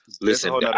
Listen